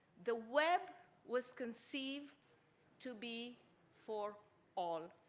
the web was conceived to be for all.